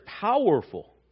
powerful